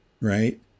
right